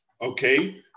okay